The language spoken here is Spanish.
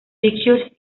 pictures